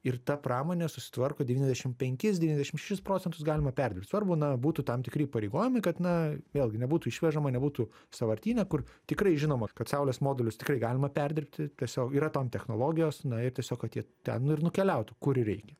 ir ta pramonė susitvarko devyniasdešim penkis devyniasdešim šešis procentus galima perdirbt svarbu na būtų tam tikri įpareigojimai kad na vėlgi nebūtų išvežama nebūtų sąvartyne kur tikrai žinoma kad saulės modulius tikrai galima perdirbti tiesiog yra tam technologijos na ir tiesiog kad jie ten nu ir nukeliautų kur reikia